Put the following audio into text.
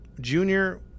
Junior